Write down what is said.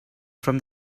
from